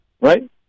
Right